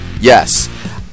Yes